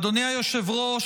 אדוני היושב-ראש,